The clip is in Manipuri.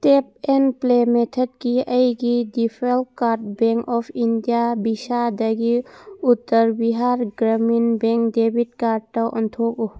ꯇꯦꯞ ꯑꯦꯟ ꯄ꯭ꯂꯦ ꯃꯦꯊꯠꯀꯤ ꯑꯩꯒꯤ ꯗꯤꯐꯦꯜ ꯀꯥꯔꯠ ꯕꯦꯡ ꯑꯣꯐ ꯏꯟꯗꯤꯌꯥ ꯚꯤꯁꯥꯗꯒꯤ ꯎꯇꯔ ꯕꯤꯍꯥꯔ ꯒ꯭ꯔꯃꯤꯟ ꯕꯦꯡ ꯗꯦꯕꯤꯠ ꯀꯥꯔꯠꯇ ꯑꯣꯟꯊꯣꯛꯎ